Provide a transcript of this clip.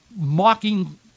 mocking